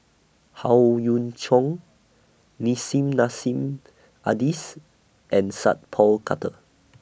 Howe Yoon Chong Nissim Nassim Adis and Sat Pal Khattar